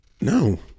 No